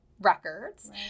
records